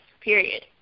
period